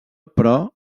però